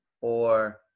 or-